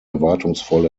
erwartungsvoll